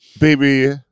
Baby